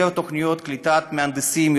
יותר תוכניות לקליטת מהנדסים,